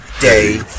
day